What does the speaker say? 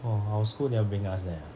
oh our school never bring us there ah